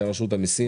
זה רשות המיסים.